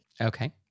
Okay